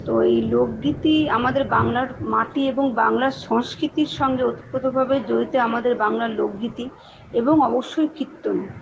তো এই লোকগীতি আমাদের বাংলার মাটি এবং বাংলার সংস্কৃতির সঙ্গে ওতপ্রোতভাবে জড়িত আমাদের বাংলার লোকগীতি এবং অবশ্যই কীর্তন